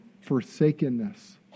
forsakenness